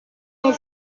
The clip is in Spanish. del